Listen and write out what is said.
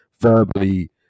verbally